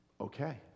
Okay